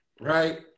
Right